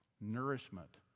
nourishment